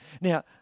Now